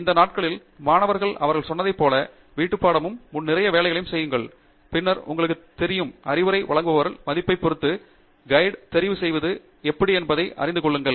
இந்த நாட்களில் மாணவர்கள் அவர் சொன்னதைப் போல வீட்டுப்பாடமும் முன் நிறைய வேலைகளையும் செய்யுங்கள் பின்னர் உங்களுக்கு தெரியும் அறிவுரை வழங்குபவர் மதிப்பைப் பொறுத்து கைடு தெரிவு செய்வது எப்படி என்பதை அறிந்து கொள்ளுங்கள்